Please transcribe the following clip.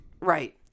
Right